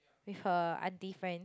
with her auntie friends